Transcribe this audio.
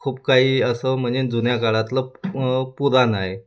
खूप काही असं म्हणजे जुन्या काळातलं पुराण आहे